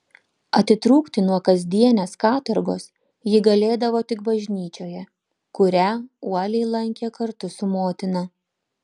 atitrūkti nuo kasdienės katorgos ji galėdavo tik bažnyčioje kurią uoliai lankė kartu su motina